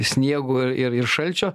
sniego ir ir šalčio